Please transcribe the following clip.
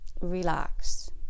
relax